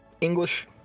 English